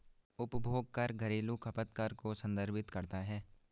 उपभोग कर घरेलू खपत कर को संदर्भित करता है